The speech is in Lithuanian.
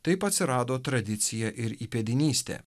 taip atsirado tradicija ir įpėdinystė